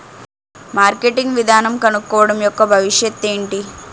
Marketing విధానం కనుక్కోవడం యెక్క భవిష్యత్ ఏంటి?